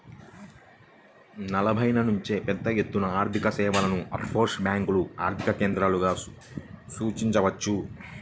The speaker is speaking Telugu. ఎనభైల నుంచే పెద్దఎత్తున ఆర్థికసేవలను ఆఫ్షోర్ బ్యేంకులు ఆర్థిక కేంద్రాలుగా సూచించవచ్చు